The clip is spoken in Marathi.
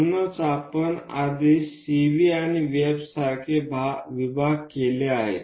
म्हणूनच आपण आधीच CV आणि VF सारखे विभाग केले आहेत